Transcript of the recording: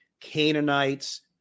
Canaanites